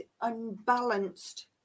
unbalanced